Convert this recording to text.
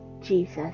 Jesus